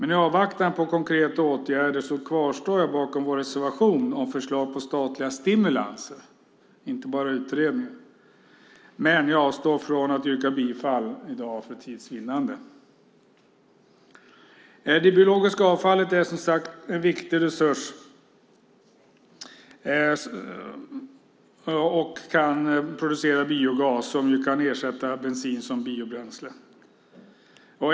I avvaktan på konkreta åtgärder kvarstår jag vid vår reservation om förslag på statliga stimulanser - inte bara utredningar - men jag avstår för tids vinnande från att yrka bifall till den. Det biologiska avfallet är som sagt en viktig resurs som kan ge biogas som kan ersätta bensin som bilbränsle.